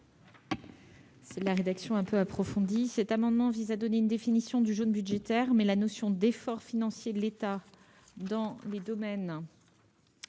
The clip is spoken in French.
C'est de la rédaction approfondie ! Cet amendement vise à donner une définition du jaune budgétaire, mais la notion d'effort financier de l'État dans les domaines